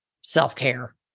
self-care